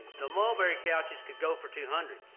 the mulberry couches could go for two hundred.